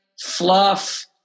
fluff